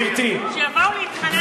שיבואו להתחנן אליך, נכון?